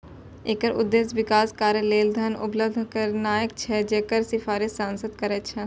एकर उद्देश्य विकास कार्य लेल धन उपलब्ध करेनाय छै, जकर सिफारिश सांसद करै छै